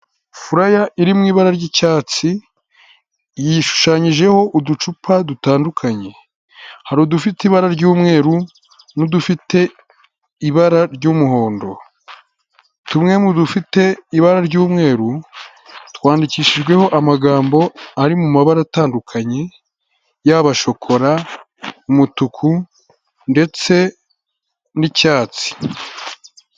Furaya iri mu ibara ry'icyatsi yishushanyijeho uducupa dutandukanye hari udufite ibara ry'umweru n'udufite ibara ry'umuhondo, tumwe mu dufite ibara ry'umweru twandikishijweho amagambo ari mu mabara atandukanyye yaba shokora, umutuku, ndetse n'icyatsi.